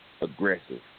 Aggressive